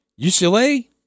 UCLA